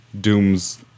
Dooms